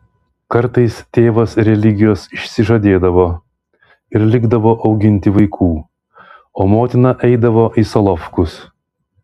kartais tėvas religijos išsižadėdavo ir likdavo auginti vaikų o motina eidavo į solovkus